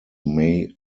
may